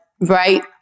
right